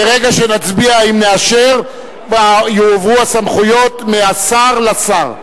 ברגע שנצביע, אם נאשר, יועברו הסמכויות מהשר לשר.